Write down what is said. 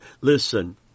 Listen